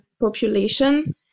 population